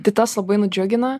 tai tas labai nudžiugina